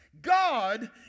God